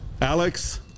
Alex